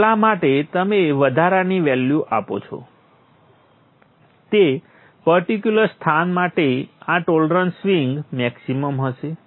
એટલા માટે તમે વધારાની વેલ્યુ આપો છો તે પર્ટિક્યુલર સ્થાન માટે આ ટોલરન્સ સ્વિંગ મેક્સીમમ હશે